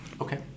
Okay